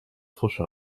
pfusch